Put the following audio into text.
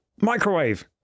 microwave